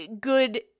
good